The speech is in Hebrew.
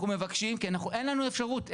אנחנו מבקשים, אין לנו אפשרות אחרת,